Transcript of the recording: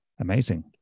Amazing